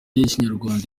ry’ikinyarwanda